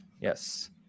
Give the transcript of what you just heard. yes